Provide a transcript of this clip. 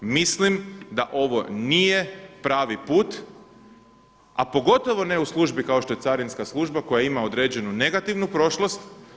Mislim da ovo nije pravi put, a pogotovo ne u službi kao što je carinska služba koja ima određenu negativnu prošlost.